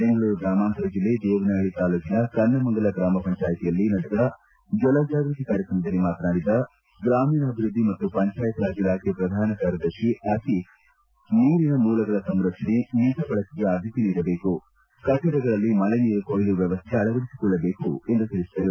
ಬೆಂಗಳೂರು ಗ್ರಾಮಾಂತರ ಜಿಲ್ಲೆ ದೇವನಹಳ್ಳಿ ತಾಲ್ಲೂಕಿನ ಕನ್ನಮಂಗಲ ಗ್ರಾಮ ಪಂಚಾಯತ್ನಲ್ಲಿ ನಡೆದ ಜಲ ಜಾಗೃತಿ ಕಾರ್ಯಕ್ರಮದಲ್ಲಿ ಮಾತನಾಡಿದ ಗ್ರಾಮೀಣಾಭಿವೃದ್ಧಿ ಮತ್ತು ಪಂಚಾಯತ್ರಾಜ್ ಇಲಾಖೆ ಪ್ರಧಾನ ಕಾರ್ಯದರ್ಶಿ ಅತೀಕ್ ನೀರಿನ ಮೂಲಗಳ ಸಂರಕ್ಷಣೆ ಮಿತ ಬಳಕೆಗೆ ಆದ್ಯತೆ ನೀಡಬೇಕು ಕಟ್ಟಡಗಳಲ್ಲಿ ಮಳೆ ನೀರು ಕೊಯ್ಲು ವ್ಕವಸ್ಥೆ ಅಳವಡಿಸಿಕೊಳ್ಳಬೇಕು ಎಂದು ತಿಳಿಸಿದರು